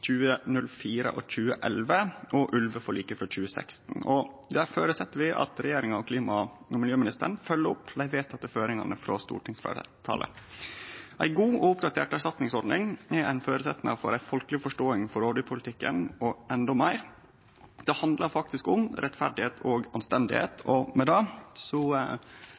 2016, og vi føreset at regjeringa og klima- og miljøministeren følgjer opp dei vedtekne føringane frå stortingsfleirtalet. Ei god og oppdatert erstatningsordning er ein føresetnad for ei folkeleg forståing for rovdyrpolitikken – og endå meir: Det handlar faktisk om rettferd og anstendigheit. Eg synest det